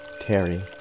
Terry